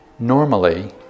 Normally